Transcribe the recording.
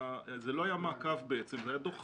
זה לא היה מעקב, זה היה דוח חדש,